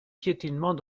piétinement